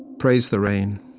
praise the rain,